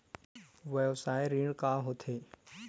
व्यवसाय ऋण का होथे?